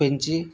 పెంచి